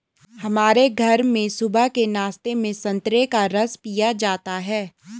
हमारे घर में सुबह के नाश्ते में संतरे का रस पिया जाता है